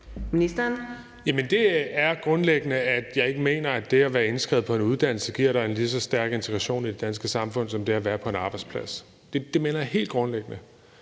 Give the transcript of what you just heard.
det er grundlæggende, at jeg ikke mener, at det at være indskrevet på en uddannelse giver dig en lige så stærk integration i det danske samfund som det at være på en arbejdsplads. Det mener jeg helt grundlæggende